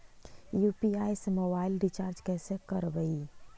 UPI से mobile recharge कैसे करबइ?